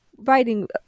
writing